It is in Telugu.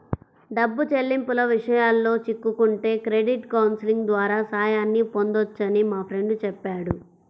డబ్బు చెల్లింపుల విషయాల్లో చిక్కుకుంటే క్రెడిట్ కౌన్సిలింగ్ ద్వారా సాయాన్ని పొందొచ్చని మా ఫ్రెండు చెప్పాడు